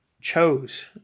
chose